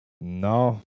No